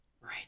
right